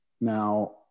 Now